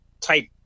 type